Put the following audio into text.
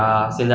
quarters